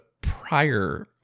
prior